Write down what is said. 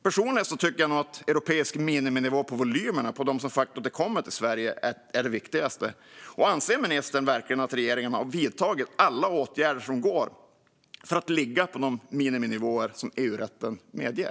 Personligen tycker jag nog att europeisk miniminivå på volymerna på dem som de facto kommer till Sverige är det viktigaste. Anser ministern verkligen att regeringen har vidtagit alla åtgärder som går att vidta för att ligga på de miniminivåer som EU-rätten medger?